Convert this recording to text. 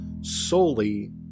solely